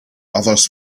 others